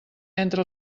entre